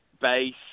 base